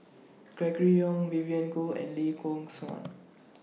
Gregory Yong Vivien Goh and Lee Yock Suan